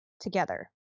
together